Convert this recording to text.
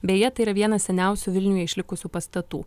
beje tai yra vienas seniausių vilniuje išlikusių pastatų